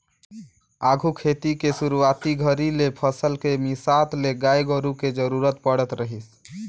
आघु खेती के सुरूवाती घरी ले फसल के मिसात ले गाय गोरु के जरूरत पड़त रहीस